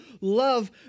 love